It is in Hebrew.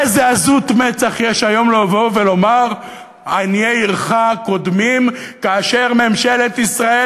איזו עזות מצח יש היום לבוא ולומר "עניי עירך קודמים" כאשר ממשלת ישראל,